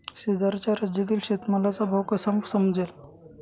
शेजारच्या राज्यातील शेतमालाचा भाव मला कसा समजेल?